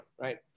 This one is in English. right